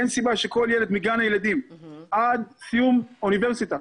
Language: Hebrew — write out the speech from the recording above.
אין סיבה שכל ילד מגן הילדים עד סיום אוניברסיטה,